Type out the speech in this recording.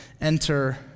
enter